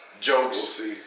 jokes